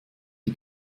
die